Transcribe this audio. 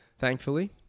thankfully